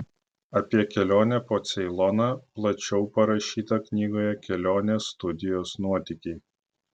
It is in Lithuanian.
apie kelionę po ceiloną plačiau parašyta knygoje kelionės studijos nuotykiai